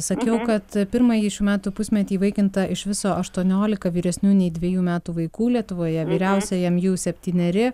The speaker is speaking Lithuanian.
sakiau kad pirmąjį šių metų pusmetį įvaikinta iš viso aštuoniolika vyresnių nei dvejų metų vaikų lietuvoje vyriausiajam jų septyneri